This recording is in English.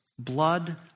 Blood